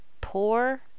poor